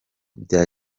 bya